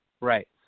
Right